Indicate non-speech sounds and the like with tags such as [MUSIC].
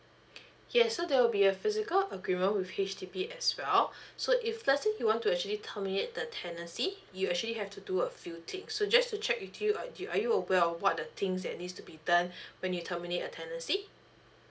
yes so there will be a physical agreement with H_D_B as well so if let's say you want to actually terminate the tenancy you actually have to do a few things so just to check with you uh do you are you aware of what're the things that needs to be done [BREATH] when you terminate a tenancy